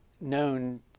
known